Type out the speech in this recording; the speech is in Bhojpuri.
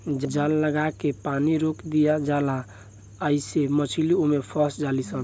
जाल लागा के पानी रोक दियाला जाला आइसे मछली ओमे फस जाली सन